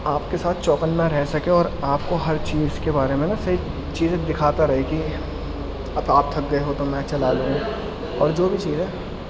آپ کے ساتھ چوکنا رہ سکے اور آپ کو ہر چیز کے بارے میں بس یہ چیزیں دکھاتا رہے کہ اب آپ تھک گئے ہو تو میں چلا لوں اور جو بھی چیز ہے